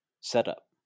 setup